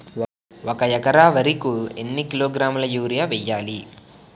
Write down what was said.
ఒక ఎకర వరి కు ఎన్ని కిలోగ్రాముల యూరియా వెయ్యాలి?